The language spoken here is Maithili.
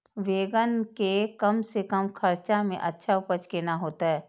बेंगन के कम से कम खर्चा में अच्छा उपज केना होते?